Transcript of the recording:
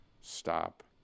stop